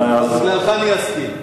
בגללך אני אסכים.